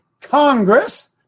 Congress